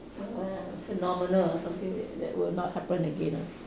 uh phenomena something that that will not happen again ah